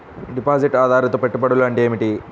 Deposit ఆధారిత పెట్టుబడులు అంటే ఏమిటి?